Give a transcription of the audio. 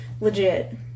legit